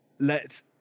Let